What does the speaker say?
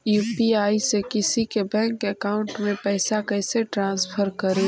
UPI से किसी के बैंक अकाउंट में पैसा कैसे ट्रांसफर करी?